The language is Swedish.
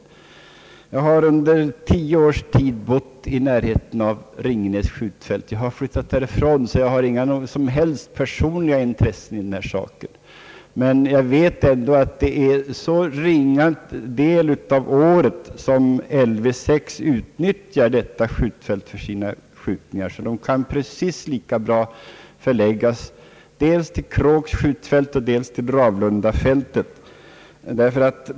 Jag har under tio års tid bott i närheten av Ringenäs skjutfält — nu har jag flyttat därifrån, så jag har inga som helst personliga intressen i den här saken — och jag vet att det är så ringa del av året, som Lv 6 utnyttjar detta skjutfält för sina skjutningar, att dessa lika bra kan förläggas till Kråks skjutfält eller Ravlundafältet.